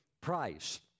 price